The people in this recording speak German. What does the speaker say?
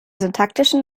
syntaktischen